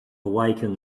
awaken